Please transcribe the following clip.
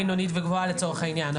בינונית וגבוהה לצורך העניין,